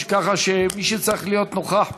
כך שמי שצריך להיות נוכח פה,